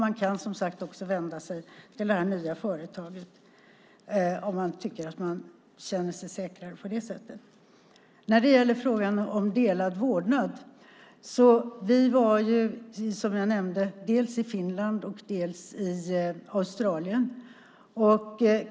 Man kan som sagt även vända sig till det nya företaget om man tycker att man känner sig säkrare på det sättet. När det gäller frågan om delad vårdnad var vi, precis som jag nämnde, dels i Finland, dels i Australien.